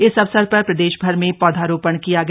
इस अवसर पर प्रदेशभर में पौधरोपण किया गया